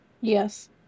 Yes